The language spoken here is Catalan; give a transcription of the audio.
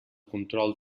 control